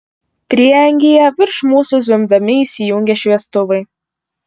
prieangyje virš mūsų zvimbdami įsijungė šviestuvai